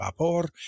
vapor